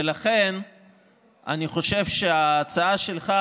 ולכן אני חושב שההצעה שלך,